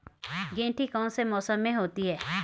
गेंठी कौन से मौसम में होती है?